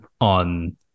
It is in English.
on